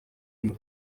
imwe